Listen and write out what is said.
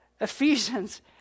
Ephesians